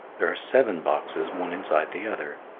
there are seven boxes, one inside the other.